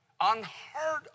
Unheard